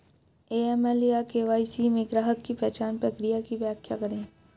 AML या KYC में ग्राहक पहचान प्रक्रिया की व्याख्या करें?